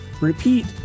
Repeat